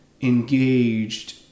engaged